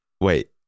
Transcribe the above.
Wait